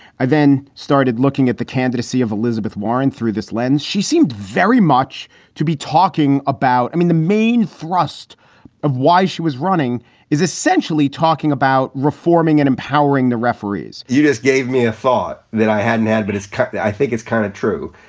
i then started looking at the candidacy of elizabeth warren through this she seemed very much to be talking about. i mean, the main thrust of why she was running is essentially talking about reforming and empowering the referees you just gave me a thought that i hadn't had. but is that i think it's kind of true.